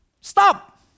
stop